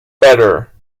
better